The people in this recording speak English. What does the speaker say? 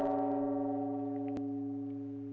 oh